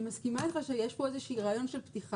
אני מסכימה איתך שיש פה איזשהו רעיון של פתיחה.